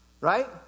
right